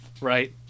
Right